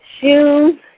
Shoes